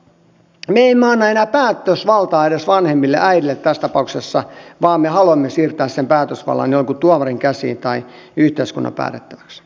me emme anna enää päätösvaltaa edes vanhemmille äidille tässä tapauksessa vaan me haluamme siirtää sen päätösvallan jonkun tuomarin käsiin tai yhteiskunnalle